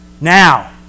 Now